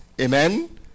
Amen